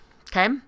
okay